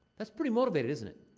that's pretty motivated, isn't it?